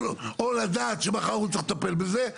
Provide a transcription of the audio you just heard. או לדעת שמחר הוא צריך לטפל בזה,